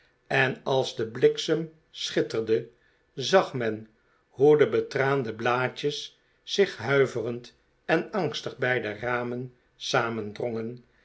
en als de bliksem schitterde zag men hoe de betraande blaadjes zich huiverend en angstig bij de ramen